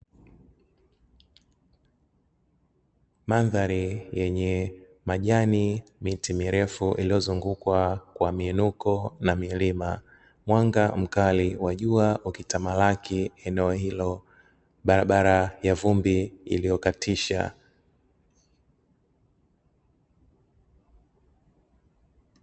Mandhari yenye majani miti mirefu iliyozungukwa kwa miinuko na milima, mwanga mkali wa jua ukitamalaki eneo hilo barabara ya vumbi iliyo katisha.